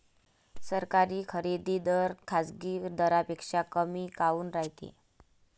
सरकारी खरेदी दर खाजगी दरापेक्षा कमी काऊन रायते?